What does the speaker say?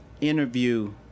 interview